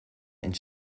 and